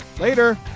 later